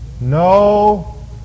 no